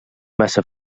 massa